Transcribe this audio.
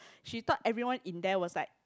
she thought everyone in there was like